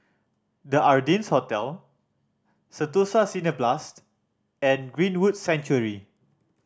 The Ardennes Hotel Sentosa Cineblast and Greenwood Sanctuary